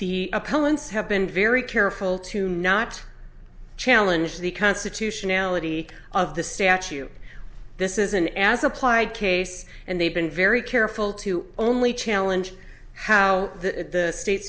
appellants have been very careful to not challenge the constitutionality of the statute this isn't as applied case and they've been very careful to only challenge how the state